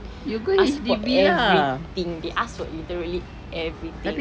ask for everything they ask for literally everything